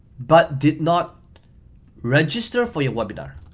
but did not register for your webinar.